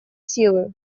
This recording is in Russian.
силы